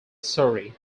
story